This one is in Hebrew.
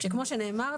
שכמו שנאמר,